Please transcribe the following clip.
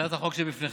הצעת החוק שבפניכם,